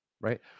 right